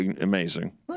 amazing